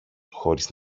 χωρίς